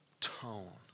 tone